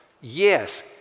Yes